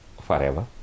forever